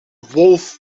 wolff